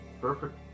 perfect